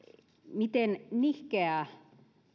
miten nihkeää